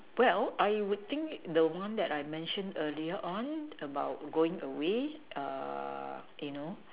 well I would think the one that I mentioned earlier on about going away err you know